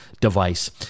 device